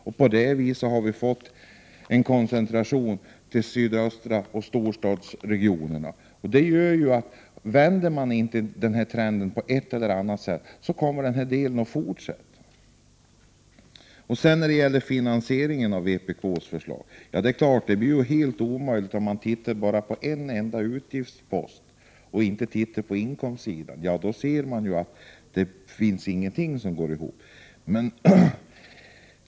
Vi har på det viset fått en koncentration till sydöstra delarna av landet och till storstadsregionerna. Om inte den trenden vänds på ett eller annat sätt kommer denna utveckling att fortsätta. Det är klart att finansieringen av vpk:s förslag blir helt omöjlig om man bara ser på en enda utgiftspost och inte på inkomstsidan. Om man bara gör det går ju ingenting ihop.